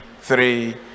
three